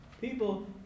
People